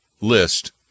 list